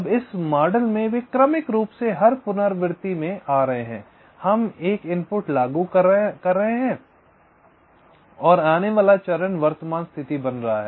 अब इस मॉडल में वे क्रमिक रूप से हर पुनरावृत्ति में आ रहे हैं मैं एक इनपुट लागू कर रहा हूं और आने वाला चरण वर्तमान स्थिति बन रहा है